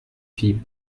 fille